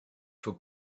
for